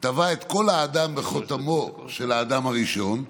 טבע כל אדם בחותמו של אדם הראשון,